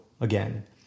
again